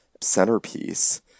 centerpiece